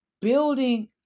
building